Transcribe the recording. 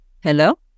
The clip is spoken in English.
Hello